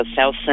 south